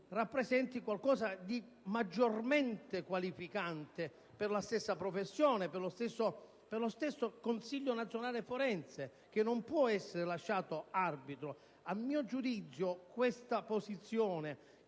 rappresenti un elemento maggiormente qualificante per la stessa professione, per lo stesso Consiglio nazionale forense, che non può essere lasciato arbitro. A mio giudizio, la posizione